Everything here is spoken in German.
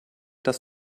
das